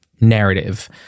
narrative